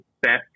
best